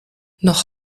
noch